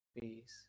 peace